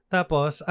Tapos